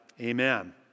amen